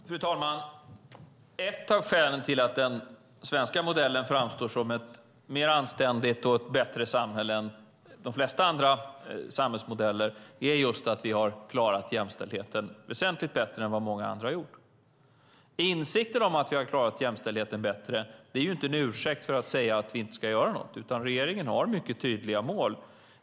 Fru talman! Ett av skälen till att den svenska modellen framstår som mer anständig och bättre än de flesta andra samhällsmodeller är just att vi har klarat jämställdheten väsentligt bättre än vad många andra har gjort. Insikten om att vi har klarat jämställdheten bättre är inte en ursäkt för att säga att vi inte ska göra någonting. Regeringen har mycket tydliga mål.